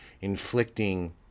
inflicting